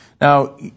Now